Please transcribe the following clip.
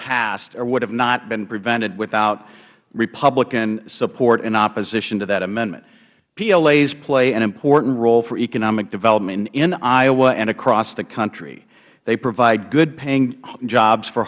passed or would have not been prevented without republican support in opposition to that amendment plas play an important role for economic development in iowa and across the country they provide good paying jobs for